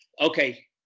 Okay